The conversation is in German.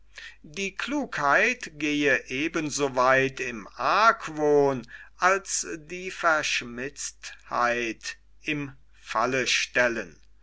die klugheit gehe eben so weit im argwohn als die verschmitztheit im fallestellen